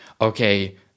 okay